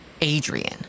Adrian